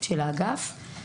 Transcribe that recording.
של האגף,